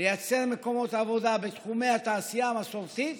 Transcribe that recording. לייצר מקומות עבודה בתחומי התעשייה המסורתית